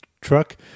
truck